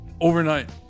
Overnight